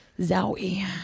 Zowie